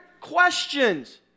questions